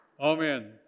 Amen